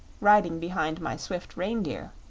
riding behind my swift reindeer.